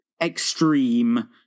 extreme